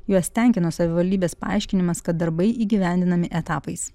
juos tenkino savivaldybės paaiškinimas kad darbai įgyvendinami etapais